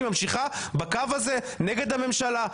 היא ממשיכה בקו הזה נגד הממשלה,